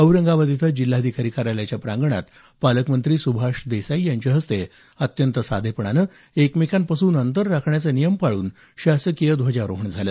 औरंगाबाद इथं जिल्हाधिकारी कार्यालयाच्या प्रांगणात पालकमंत्री सुभाष देसाई यांच्या हस्ते अत्यंत साधेपणाने एकमेकांपासून अंतर राखण्याचा नियम पाळून हे शासकीय ध्वजारोहण झालं